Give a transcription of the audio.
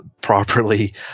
Properly